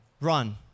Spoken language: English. Run